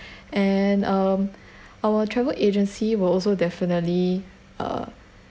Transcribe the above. and um our travel agency will also definitely uh